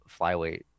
flyweight